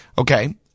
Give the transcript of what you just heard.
Okay